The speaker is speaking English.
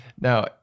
Now